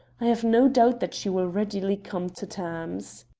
i have no doubt that she will readily come to terms.